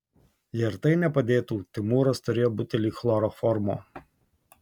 jei ir tai nepadėtų timūras turėjo butelį chloroformo